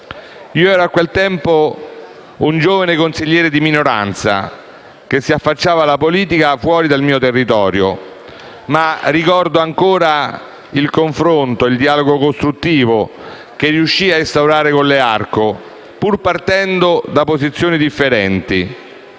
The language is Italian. Io ero a quel tempo un giovane consigliere di minoranza che si affacciava alla politica fuori dal proprio territorio, ma ricordo ancora il confronto, il dialogo costruttivo che riuscii a instaurare con Learco, pur partendo da posizioni differenti,